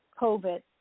COVID